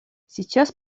сейчас